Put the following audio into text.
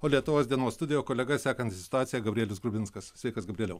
o lietuvos dienos studijoj kolega sekantis situaciją gabrielius grubinskas sveikas gabrieliau